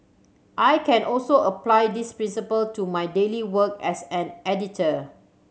I can also apply this principle to my daily work as an editor